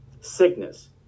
sickness